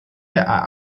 der